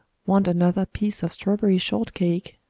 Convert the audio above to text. want another piece of strawberry shortcake,